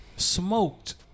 Smoked